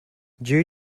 due